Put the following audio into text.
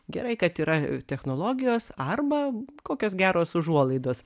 gerai kad yra technologijos arba kokios geros užuolaidos